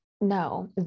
No